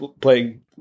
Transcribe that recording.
playing